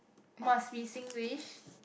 must be Singlish